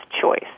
choice